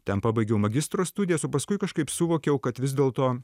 ten pabaigiau magistro studijas o paskui kažkaip suvokiau kad vis dėlto